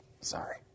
sorry